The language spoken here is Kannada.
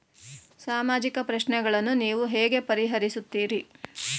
ಸಾಮಾಜಿಕ ಪ್ರಶ್ನೆಗಳನ್ನು ನೀವು ಹೇಗೆ ಪರಿಹರಿಸುತ್ತೀರಿ?